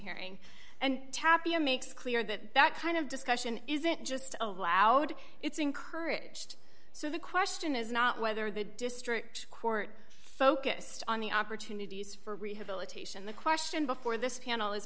hearing and tapir makes clear that that kind of discussion isn't just allowed it's encouraged so the question is not whether the district court focused on the opportunities for rehabilitation the question before this panel